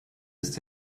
ist